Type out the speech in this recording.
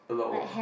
a lot work